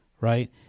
right